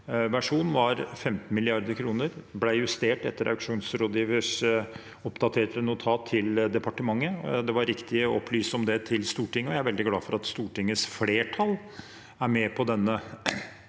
versjon var 15 mrd. kr, og det ble justert etter auksjonsrådgivers oppdaterte notat til departementet. Det var riktig å opplyse Stortinget om det. Jeg er veldig glad for at Stortingets flertall er med på denne